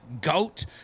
goat